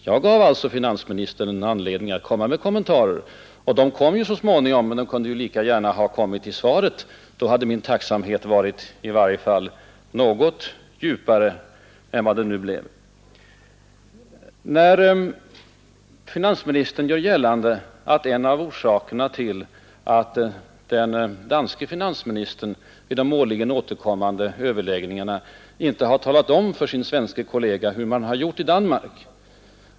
Jag gav alltså finansministern en anledning att göra kommentarer, och de kom ju så småningom, men de kunde lika gärna ha kommit i svaret — då hade min tacksamhet varit i varje fall något djupare än vad den nu blev. Finansministern gör gällande att den danske finansministern vid de årligen återkommande överläggningarna inte har talat om för sin svenske kollega hur man har gjort i Danmark.